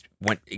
went